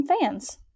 fans